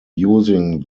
using